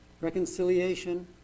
Reconciliation